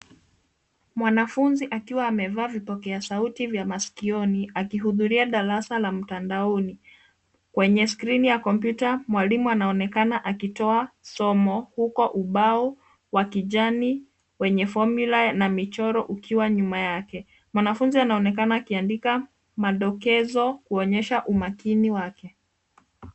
Mwanafunzi akiwa amevaa vipokea sauti vya masikioni akihudhuria darasa la mtandaoni kwenye skrini ya komputa mwalimu anaonekana aki toa somo huko ubao wa kijani wenye formula na michoro ukiwa nyuma yake. Mwanafunzi anaonekana akiandika madokezo kuonyesha umakini wake.